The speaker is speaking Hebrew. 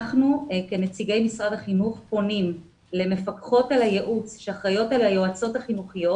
אנחנו כנציגי משרד החינוך פונים למפקחות שאחראיות על היועצות החינוכיות